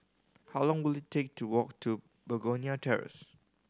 how long will it take to walk to Begonia Terrace